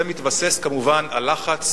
זה מתווסף כמובן על לחץ